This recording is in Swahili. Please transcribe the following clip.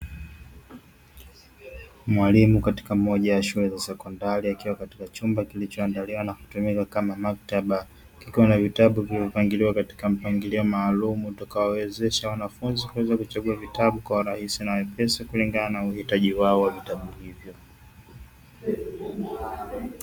Mwalimu katika moja ya shule za sekondari akiwa katika chumba kilichoandaliwa na kutumika kama maktaba, kikiwa na vitabu vilivyopangiliwa katika mpangilio maalumu, utakao wawezesha wanafunzi kuweza kuchagua vitabu kwa urahisi na wepesi kulingana na uhitaji wao wa vitabu hivyo.